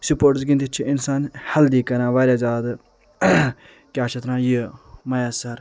سِپورٹٕس گِندِتھ چھُ انسان ہیٚلدی کران واریاہ زیادٕ کیٚاہ چھِ اَتھ ونان یہِ میسر